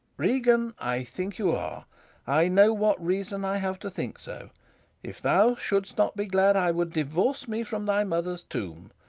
regan, i think you are i know what reason i have to think so if thou shouldst not be glad, i would divorce me from thy mother's tomb,